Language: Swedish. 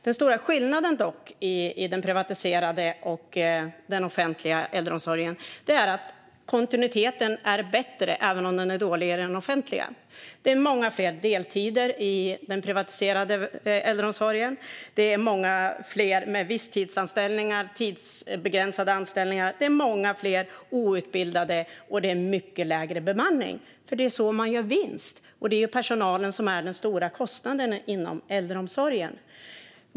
Den stora skillnaden mellan den privatiserade och den offentliga äldreomsorgen är att kontinuiteten är bättre - även om den är dålig - i den offentliga. Det är många fler deltider i den privatiserade äldreomsorgen, och det är många fler med visstidsanställningar och tidsbegränsade anställningar. Det är många fler outbildade och mycket lägre bemanning, för det är så man gör vinst. Det är personalen som är den stora kostnaden inom äldreomsorgen.